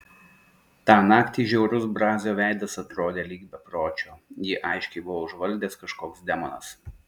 tą naktį žiaurus brazio veidas atrodė lyg bepročio jį aiškiai buvo užvaldęs kažkoks demonas